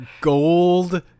gold